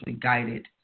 guided